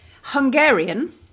Hungarian